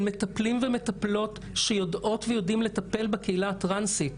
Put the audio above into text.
מטפלים ומטפלות שיודעות ויודעים לטפל בקהילה הטרנסית,